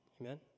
Amen